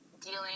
dealing